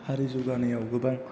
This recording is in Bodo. हारि जौगानायाव गोबां